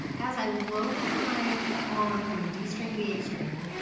as i lower my arm from the d string to the a string,